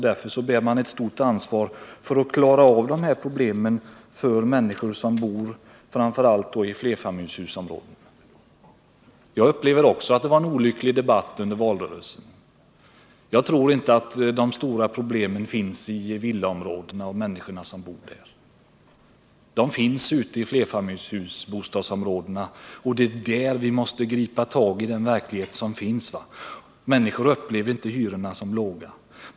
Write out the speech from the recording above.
Därför bär man ett stort ansvar för att klara dessa problem för människor som bor framför allt i flerfamiljshusområdena. Jag tycker också att det var en olycklig debatt under valrörelsen. Jag tror inte att de stora problemen finns i villaområdena, för människorna som bor där. Problemen finns ute i flerfamiljshusområdena, och det är där vi måste gripa tag i verkligheten. Människor anser inte att hyrorna är låga.